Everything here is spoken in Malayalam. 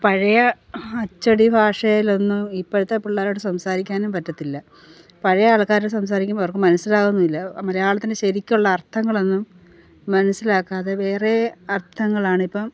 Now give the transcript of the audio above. പഴയ അച്ചടി ഭാഷയിലൊന്നും ഇപ്പോഴത്തെ പിള്ളേരോട് സംസാരിക്കാനും പറ്റത്തില്ല പഴയ ആൾക്കാർ സംസാരിക്കുമ്പോൾ അവർക്ക് മനസ്സിലാവുന്നും ഇല്ല മലയാളത്തിന് ശരിക്കുള്ള അർത്ഥങ്ങളൊന്നും മനസ്സിലാക്കാതെ വേറേ അർത്ഥങ്ങളാണ് ഇപ്പം